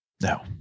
no